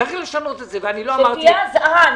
שתהיה אזהרה.